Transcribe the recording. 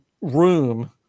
room